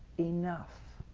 enough